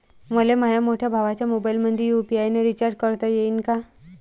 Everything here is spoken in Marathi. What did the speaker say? मले माह्या मोठ्या भावाच्या मोबाईलमंदी यू.पी.आय न रिचार्ज करता येईन का?